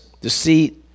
deceit